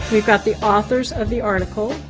we've got the authors of the article,